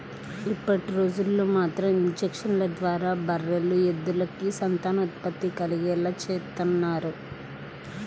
ఇప్పటిరోజుల్లో మాత్రం ఇంజక్షన్ల ద్వారా బర్రెలు, ఎద్దులకి సంతానోత్పత్తి కలిగేలా చేత్తన్నారు